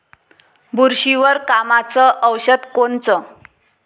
बुरशीवर कामाचं औषध कोनचं?